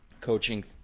coaching